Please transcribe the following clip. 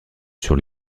sur